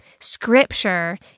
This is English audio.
Scripture